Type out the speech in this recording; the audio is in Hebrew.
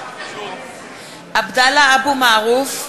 עבדאללה אבו מערוף,